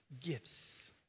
gifts